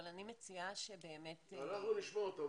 אבל אני מציעה שבאמת --- אנחנו נשמע אותם,